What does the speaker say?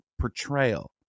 portrayal